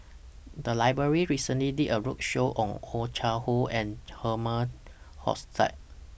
The Library recently did A roadshow on Oh Chai Hoo and Herman Hochstadt